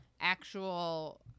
actual